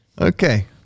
Okay